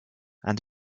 and